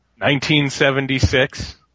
1976